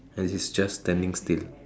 and he's just standing still